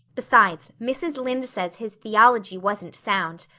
besides, mrs. lynde says his theology wasn't sound.